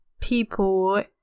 people